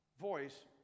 Voice